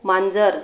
मांजर